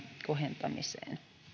kohentamiseen